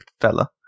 fella